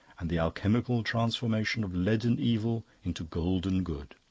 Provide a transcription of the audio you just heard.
and the alchemical transformation of leaden evil into golden good.